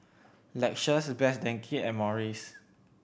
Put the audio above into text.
Lexus Best Denki and Morries